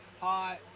hot